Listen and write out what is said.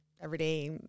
everyday